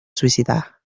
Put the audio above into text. suïcidar